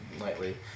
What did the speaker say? lightly